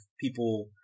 people